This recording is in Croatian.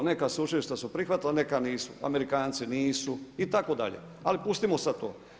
Neka sveučilišta su prihvatila neka nisu, Amerikanci nisu itd., ali pustimo sada to.